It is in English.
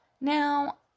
Now